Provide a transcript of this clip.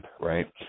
right